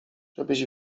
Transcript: żebyś